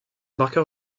marqueur